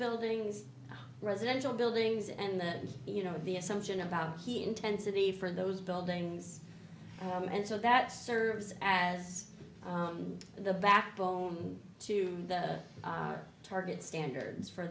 buildings residential buildings and then you know the assumption about he intensity for those buildings and so that serves as the backbone to the target standards for